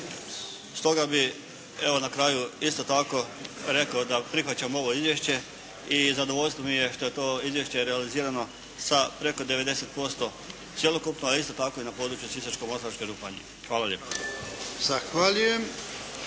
isto tako rekao da prihvaćamo ovo izvješće i zadovoljstvo mi je što je to izvješće realizirano sa preko 90% cjelokupno, a isto tako i na području Sisačko-moslavačke županije. Hvala lijepa.